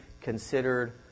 considered